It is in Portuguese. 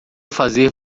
fazer